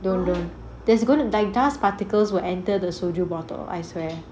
don't don't there's gonna die dust particles will enter the soju bottle I swear